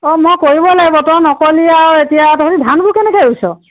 অঁ মই কৰিব লাগিব তই নক'লি আৰু এতিয়া তহঁতি ধানবোৰ কেনেকৈ ৰুইছ